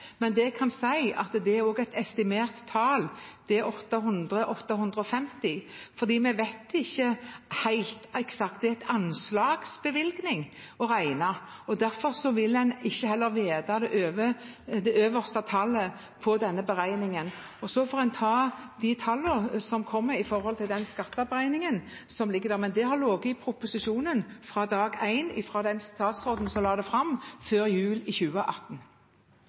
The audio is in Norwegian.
at det også er et estimert tall – det er 800–850 mill. kr. Vi vet ikke helt eksakt. Det er en anslagsbevilgning. Derfor vil en heller ikke vite hva som er det øverste tallet i denne beregningen. Så får en ta de tallene som kommer når det gjelder den skatteberegningen som ligger der. Men det har ligget i proposisjonen fra dag én, fra den statsråden som la den fram før jul i 2018.